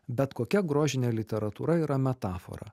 bet kokia grožinė literatūra yra metafora